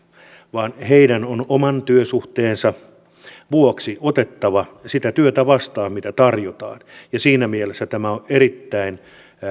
vaan heidän on oman työsuhteensa vuoksi otettava sitä työtä vastaan mitä tarjotaan ja siinä mielessä tämä on erittäin